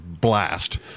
blast